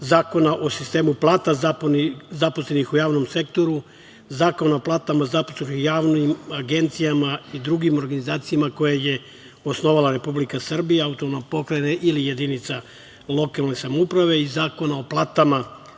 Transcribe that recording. Zakona o sistemu plata zaposlenih u javnom sektoru, Zakona o platama zaposlenih u javnim agencijama i drugim organizacijama koje je osnovala Republika Srbija, AP i jedinica lokalne samouprave i Zakona o plata